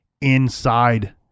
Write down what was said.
inside